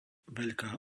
veľká